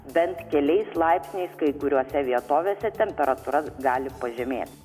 bent keliais laipsniais kai kuriose vietovėse temperatūra gali pažemė